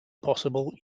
possible